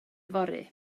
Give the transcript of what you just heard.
yfory